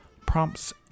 prompts